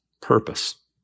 purpose